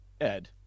Ed